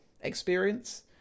experience